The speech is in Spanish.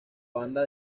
banda